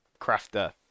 crafter